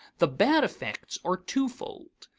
the bad effects are twofold.